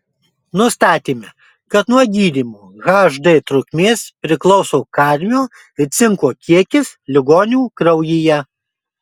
nustatėme kad nuo gydymo hd trukmės priklauso kadmio ir cinko kiekis ligonių kraujyje